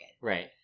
Right